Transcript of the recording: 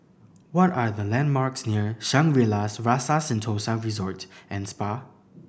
what are the landmarks near Shangri La's Rasa Sentosa Resort and Spa